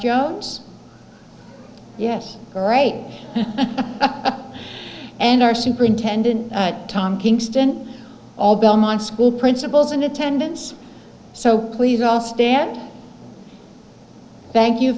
jones yes great and our superintendent tom kingston all belmont school principals in attendance so please all stay out thank you